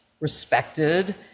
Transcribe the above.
respected